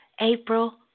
April